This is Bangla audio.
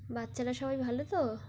বাচ্চারা সবাই ভালো তো